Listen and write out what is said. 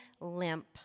limp